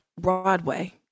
Broadway